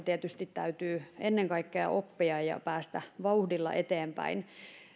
tietysti täytyy ennen kaikkea oppia ja päästä vauhdilla eteenpäin